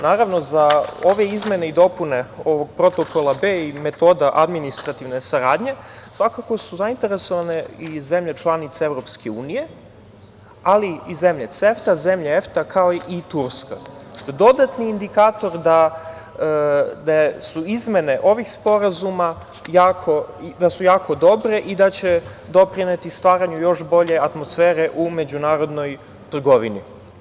Naravno, za ove izmene i dopune ovog Protokola B i metoda administrativne saradnje svakako su zainteresovane i zemlje članice EU, ali i zemlje CEFTA, zemlje EFTA, kao i Turska, što je dodatni indikator da su izmene ovih sporazuma jako dobre i da će doprineti stvaranju još bolje atmosfere u međunarodnoj trgovini.